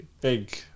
big